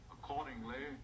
Accordingly